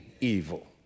evil